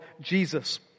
Jesus